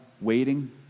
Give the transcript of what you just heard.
waiting